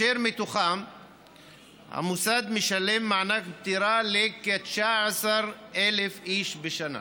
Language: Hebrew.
ומהם המוסד משלם מענק פטירה לכ-19,000 איש בשנה.